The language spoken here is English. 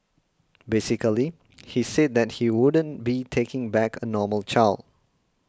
basically he said that he wouldn't be taking back a normal child